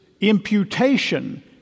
imputation